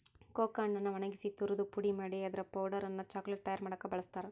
cocoa ಹಣ್ಣನ್ನ ಒಣಗಿಸಿ ತುರದು ಪುಡಿ ಮಾಡಿ ಅದರ ಪೌಡರ್ ಅನ್ನ ಚಾಕೊಲೇಟ್ ತಯಾರ್ ಮಾಡಾಕ ಬಳಸ್ತಾರ